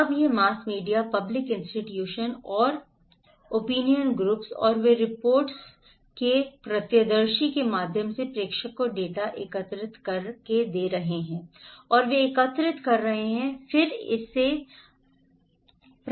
अब यह mass media public institutions और ओपिनियन ग्रुप्स और वे रिपोर्टर्स रिपोर्ट्स के प्रत्यक्षदर्शी के माध्यम से प्रेषकों से डेटा एकत्र कर रहे हैं ठीक है और वे एकत्रित कर रहे हैं और फिर वे इसे प्रापक्स को दे रहे हैं